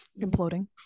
imploding